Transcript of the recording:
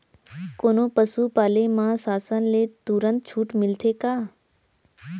कोनो पसु पाले म शासन ले तुरंत छूट मिलथे का?